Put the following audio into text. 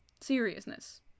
seriousness